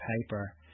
paper